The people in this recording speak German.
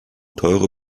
teure